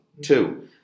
Two